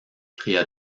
cria